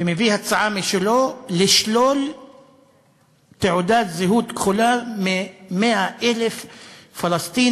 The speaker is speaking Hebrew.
ומביא הצעה משלו: לשלול תעודת זהות כחולה מ-100,000 פלסטינים